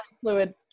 fluid